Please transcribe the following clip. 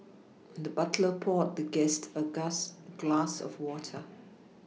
the butler poured the guest a gas glass of water